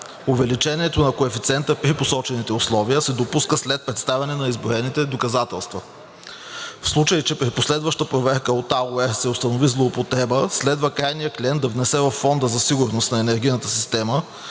Увеличението на коефициента при посочените условия се допуска след представяне на изброените доказателства. В случай че при последваща проверка от АУЕР се установи злоупотреба, следва крайният клиент да внесе във Фонда за сигурност на енергийната система